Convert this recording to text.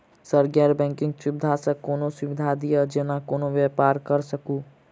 Sir गैर banking सुविधा सँ कोनों सुविधा दिए जेना कोनो व्यापार करऽ सकु?